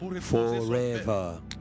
forever